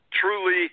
Truly